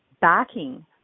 backing